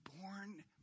born